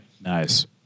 Nice